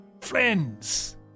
friends